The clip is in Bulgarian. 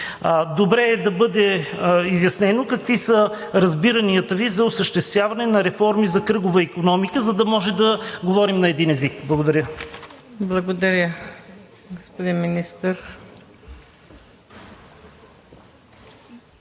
Добре е да бъде изяснено какви са разбиранията Ви за осъществяване на реформи за кръгова икономика, за да може да говорим на един език. Благодаря. ПРЕДСЕДАТЕЛ МУКАДДЕС